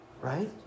right